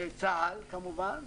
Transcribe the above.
וצה"ל, כמובן,